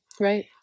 Right